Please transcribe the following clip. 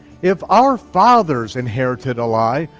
if our fathers inherited a lie,